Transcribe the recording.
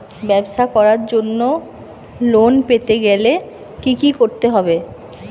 ব্যবসা করার জন্য লোন পেতে গেলে কি কি করতে হবে?